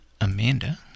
amanda